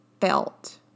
felt